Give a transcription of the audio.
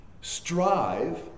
Strive